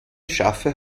schaffe